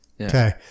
Okay